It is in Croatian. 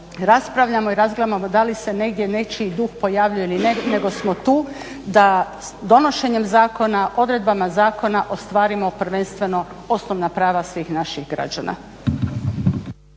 raspravljamo i razglabamo da li se negdje nečiji duh pojavljuje ili ne, nego smo tu da donošenjem zakona, odredbama zakona ostvarimo prvenstveno osnovna prava svih naših građana.